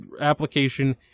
application